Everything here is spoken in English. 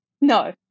No